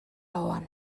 ahoan